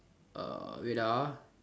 uh wait ah